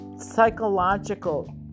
psychological